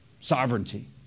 sovereignty